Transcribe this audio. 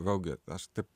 vėlgi aš taip